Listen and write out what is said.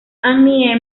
annie